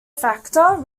factor